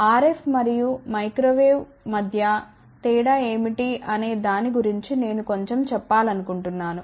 RF మరియు microwave మధ్య తేడా ఏమిటి అనే దాని గురించి నేను కొంచెం చెప్పాలనుకుంటున్నాను